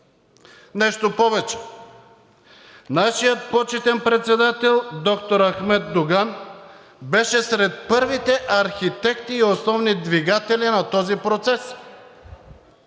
Нещо повече, нашият почетен председател доктор Ахмед Доган беше сред първите архитекти и основни двигатели на този процес.